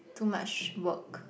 too much work